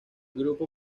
grupo